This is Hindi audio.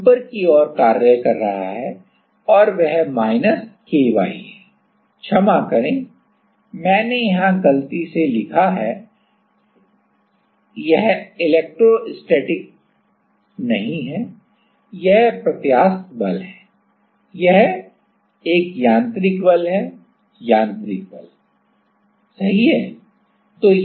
तो बल ऊपर की ओर कार्य कर रहा है और वह माइनस ky है क्षमा करें मैंने यहां गलत लिखा है यह इलेक्ट्रोस्टैटिक नहीं है यह प्रत्यास्थ बल है यह यांत्रिक बल है यांत्रिक बल सही है